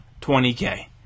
20K